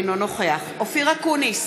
אינו נוכח אופיר אקוניס,